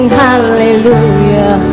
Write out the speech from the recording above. hallelujah